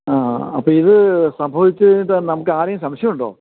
ആ അപ്പോൾ ഇത് സംഭവിച്ച് കഴിഞ്ഞിട്ട് നമുക്കാരെയെങ്കിലും സംശയമുണ്ടോ